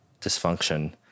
dysfunction